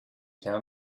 tell